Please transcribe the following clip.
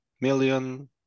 million